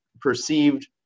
perceived